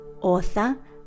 author